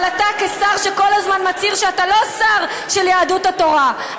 אבל אתה כשר שכל הזמן מצהיר שאתה לא שר של יהדות התורה,